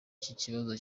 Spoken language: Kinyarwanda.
kibazo